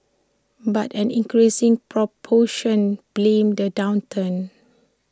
but an increasing proportion blamed the downturn